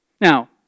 Now